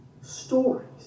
stories